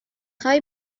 خوای